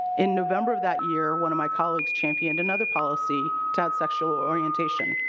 in november of that year one of my colleagues championed another policy to have sexual orientation.